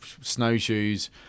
snowshoes